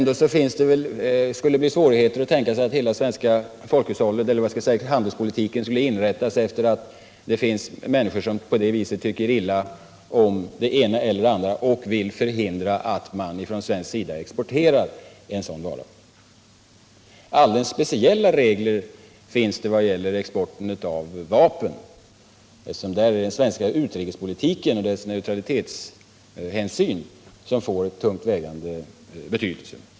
Det skulle ändå bli mycket stora svårigheter om man skulle inrätta hela den svenska handelspolitiken efter att det finns människor som på det här sättet tycker illa om det ena eller det andra och vill förhindra att vi från svensk sida exporterar just det. Alldeles speciella regler gäller för export av vapen, eftersom den svenska utrikespolitikens neutralitetshänsyn här får en avgörande betydelse.